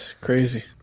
crazy